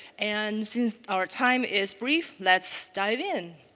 and since our time is brief, let's dive in.